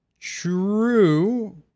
True